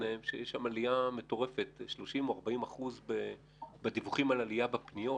שבתחום הזה יש עלייה מטורפת של 40-30 אחוזים בדיווחים על עלייה בפניות.